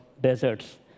deserts